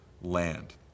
land